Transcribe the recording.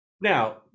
now